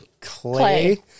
Clay